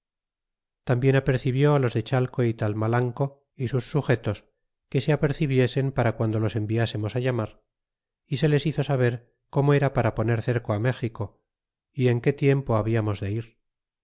tambien apercibió los de chateo y talmatan co y sus sugetos que se apercibiesen para guando los enviásemos llamar y se les hizo saber como era para poner cerco méxico y en qué tiempo hablamos de ir